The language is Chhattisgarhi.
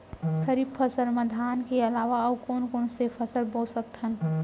खरीफ फसल मा धान के अलावा अऊ कोन कोन से फसल बो सकत हन?